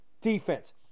defense